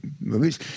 movies